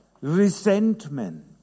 resentment